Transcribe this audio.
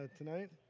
tonight